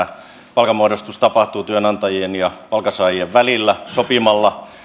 palkanmuodostus tapahtuu työnantajien ja palkansaajien välillä sopimalla